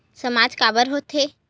सामाज काबर हो थे?